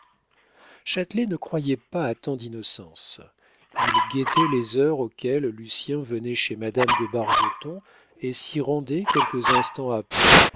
châtelet ne croyait pas à tant d'innocence il guettait les heures auxquelles lucien venait chez madame de bargeton et s'y rendait quelques instants après